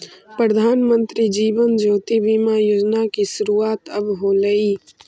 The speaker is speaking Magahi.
प्रधानमंत्री जीवन ज्योति बीमा योजना की शुरुआत कब होलई